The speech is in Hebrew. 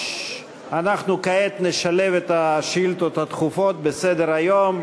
אנחנו כעת נשלב את השאילתות הדחופות בסדר-היום.